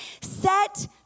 set